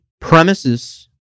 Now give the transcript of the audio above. premises